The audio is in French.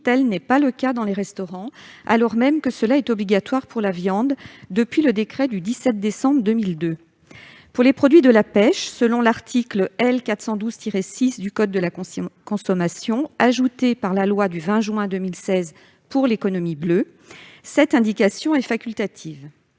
tel n'est pas le cas dans les restaurants, alors même que c'est obligatoire pour la viande depuis un décret du 17 décembre 2002. Pour les produits de la pêche, selon l'article L. 412-6 du code de la consommation, qui a été introduit par la loi du 20 juin 2016 pour l'économie bleue, cette indication est facultative.